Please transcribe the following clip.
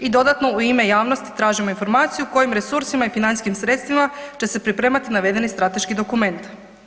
I dodatno u ime javnosti tražimo informaciju kojim resursima i financijskim sredstvima će se pripremati navedeni strateški dokument.